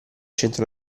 centro